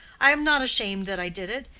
i am not ashamed that i did it.